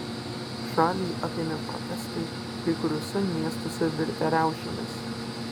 šalį apėmė protestai kai kuriuose miestuose virtę riaušėmis